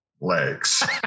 legs